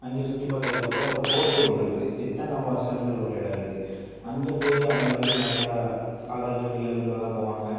அங்கே சுற்றிப் பார்த்ததுக்கப்பறம் ஒரு கோட்டை ஒன்று இருக்குது சித்தன்னவாசலுங்கிற ஒரு இடம் இருக்குது அங்கே போய் அங்கே வந்து நிறையா காதல் ஜோடிகள் இவங்கள்லாம் போவாங்க